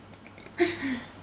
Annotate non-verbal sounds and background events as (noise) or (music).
(laughs)